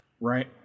Right